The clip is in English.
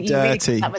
dirty